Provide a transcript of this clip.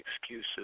excuses